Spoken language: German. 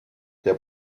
der